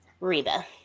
Reba